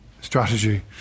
strategy